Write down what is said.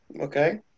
Okay